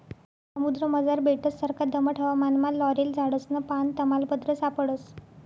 समुद्रमझार बेटससारखा दमट हवामानमा लॉरेल झाडसनं पान, तमालपत्र सापडस